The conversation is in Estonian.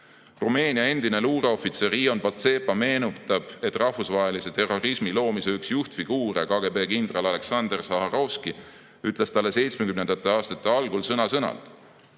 Rumeenia endine luureohvitser Ion Pacepa meenutab, et rahvusvahelise terrorismi loomise üks juhtfiguure, KGB kindral Aleksander Sahharovski ütles talle 1970. aastate algul sõna-sõnalt: